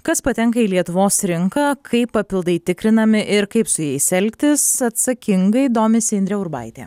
kas patenka į lietuvos rinką kaip papildai tikrinami ir kaip su jais elgtis atsakingai domisi indrė urbaitė